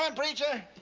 um preacher.